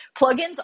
plugins